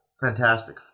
fantastic